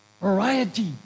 Variety